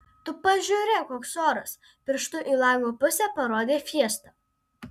tu pažiūrėk koks oras pirštu į lango pusę parodė fiesta